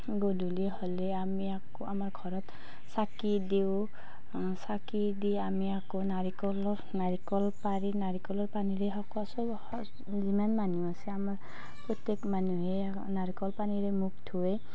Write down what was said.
গধূলি হ'লে আমি আকৌ আমাৰ ঘৰত চাকি দিওঁ চাকি দি আমি আকৌ নাৰিকলৰ নাৰিকল পাৰি নাৰিকলৰ পানীৰে সক চব যিমান মানুহ আছে আমাৰ প্ৰত্যেক মানুহেই নাৰিকল পানীৰে মুখ ধোৱে